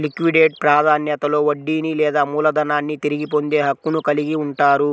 liquidate ప్రాధాన్యతలో వడ్డీని లేదా మూలధనాన్ని తిరిగి పొందే హక్కును కలిగి ఉంటారు